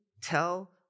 tell